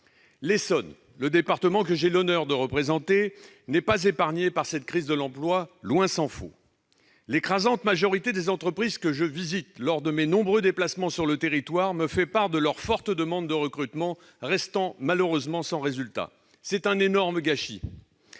l'Essonne, que j'ai l'honneur de représenter, n'est pas épargné par cette crise de l'emploi. Tant s'en faut ! Dans leur écrasante majorité, les entreprises que je visite lors de mes nombreux déplacements sur le territoire me font part de leur forte demande de recrutement restant, malheureusement, sans résultat. C'est un énorme gâchis